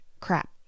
Crap